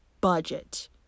budget